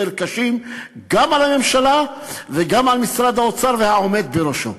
קשים גם על הממשלה וגם על משרד האוצר והעומד בראשו.